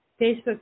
Facebook